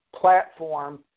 platform